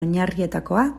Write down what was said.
oinarrietakoa